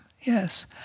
Yes